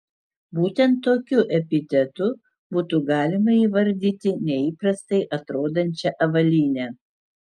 būtent tokiu epitetu būtų galima įvardyti neįprastai atrodančią avalynę